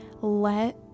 let